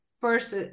first